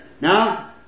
Now